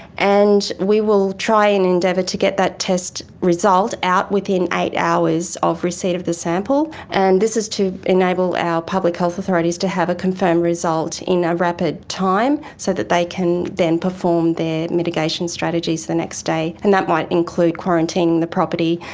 and we will try and endeavour to get that test result out within eight hours of receipt of the sample, and this is to enable our public health authorities to have a confirmed result in a rapid time so that they can then perform their mitigation strategies the next day. and that might include quarantining the property.